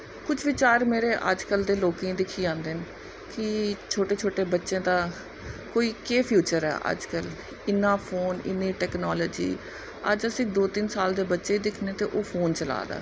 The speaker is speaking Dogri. कुछ बिचार मेरे अजकल्ल लोकें गी दिक्खियै आंदे न कि शोटे शोटे बच्चें दा कोई केह् फ्यूचर ऐ अजकल्ल इन्ना फोन इन्नी टैकनॉलजी अज्ज अस दो तिन्न साल दे बच्चे गी दिक्खने तां ओह् फोन चला दा